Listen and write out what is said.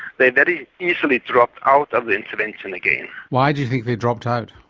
they very easily dropped out of the intervention again. why do you think they dropped out?